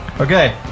Okay